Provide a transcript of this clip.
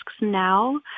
now